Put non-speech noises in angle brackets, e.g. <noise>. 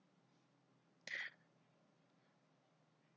<breath>